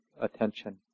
attention